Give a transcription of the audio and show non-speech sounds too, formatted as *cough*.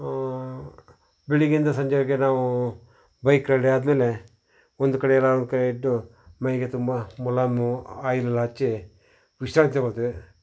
ಬೆಳಿಗ್ಗಿಂದ ಸಂಜೆವರೆಗೆ ನಾವು bike ride ಆದ ಮೇಲೆ ಒಂದು ಕಡೆ *unintelligible* ಮೈಗೆ ತುಂಬ ಮುಲಾಮು ಆಯಿಲ್ ಹಚ್ಚಿ ವಿಶ್ರಾಂತಿ ತೊಗೊಳ್ತೇವೆ